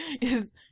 Is-